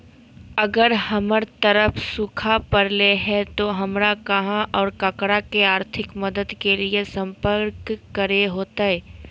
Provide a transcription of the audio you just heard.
अगर हमर तरफ सुखा परले है तो, हमरा कहा और ककरा से आर्थिक मदद के लिए सम्पर्क करे होतय?